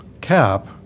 cap